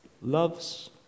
loves